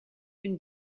une